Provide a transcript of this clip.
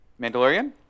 Mandalorian